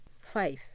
Five